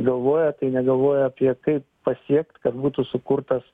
galvoja tai negalvoja apie kaip pasiekt kad būtų sukurtas